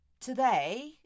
Today